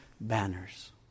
banners